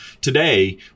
today